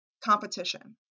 competition